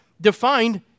defined